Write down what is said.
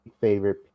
favorite